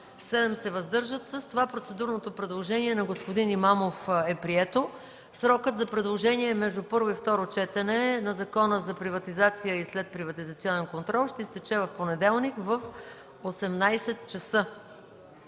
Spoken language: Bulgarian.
против 2, въздържали се 7. С това процедурното предложение на господин Имамов е прието – срокът за предложения между първо и второ четене на Закона за приватизация и следприватизационен контрол ще изтече в понеделник в 18,00 ч.